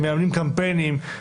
מממנים קמפיינים,